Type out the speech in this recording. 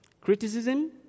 Criticism